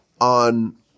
on